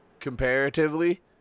comparatively